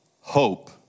hope